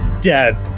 dead